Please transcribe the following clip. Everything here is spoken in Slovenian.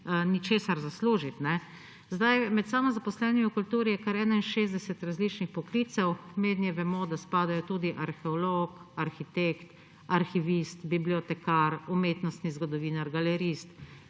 ničesar zaslužiti. Zdaj je med samozaposlenimi v kulturi kar 61 različnih poklicev. Mednje vemo, da spadajo tudi arheolog, arhitekt, arhivist, bibliotekar, umetnostni zgodovinar, galerist,